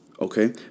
Okay